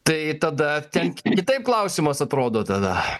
tai tada ten kitaip klausimas atrodo tada